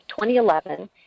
2011